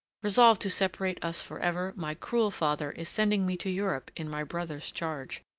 resolved to separate us for ever, my cruel father is sending me to europe in my brother's charge.